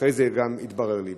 אחרי זה זה גם התברר לי.